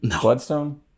Bloodstone